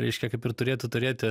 reiškia kaip ir turėtų turėti